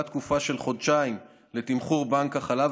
תקופה של חודשיים לתמחור בנק החלב,